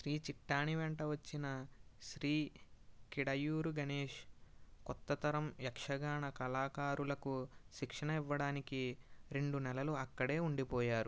శ్రీ చిట్టాణి వెంట వచ్చిన శ్రీ కిడయూరు గణేష్ కొత్త తరం యక్షగాన కళాకారులకు శిక్షణ ఇవ్వడానికి రెండు నెలలు అక్కడే ఉండిపోయారు